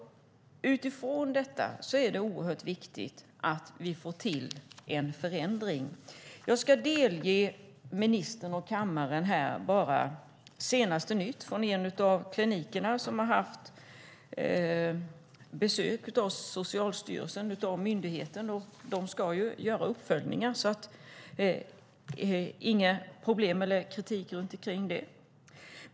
Utifrån detta är det oerhört viktigt att vi får en förändring till stånd. Jag ska delge ministern och kammaren senaste nytt från en av klinikerna som har haft besök av Socialstyrelsen, myndigheten som ska göra uppföljningar. Det är inget problem eller kritik kring det.